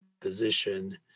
position